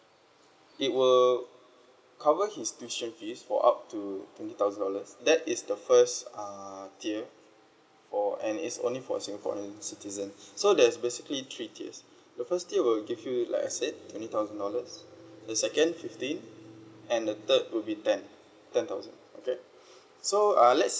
it will cover his tuition fees for up to twenty thousand dollars that is the first uh tier or and it's only for singaporean citizens so there's basically three tiers the first tier will give you like I said twenty thousand dollars the second fifteen and the third will be ten ten thousand okay so uh let's